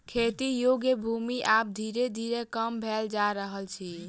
खेती योग्य भूमि आब धीरे धीरे कम भेल जा रहल अछि